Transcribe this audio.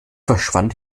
verschwand